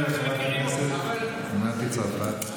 נא לאפשר לחברת הכנסת מטי צרפתי.